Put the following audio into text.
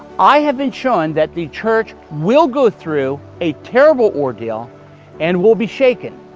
i have been shown that the church will go through a terrible ordeal and will be shaken.